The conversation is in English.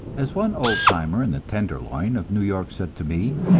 as one old-timer in the tenderloin of new york said to me,